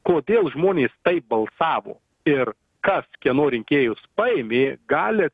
kodėl žmonės taip balsavo ir kas kieno rinkėjus paėmė gali